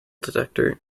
detector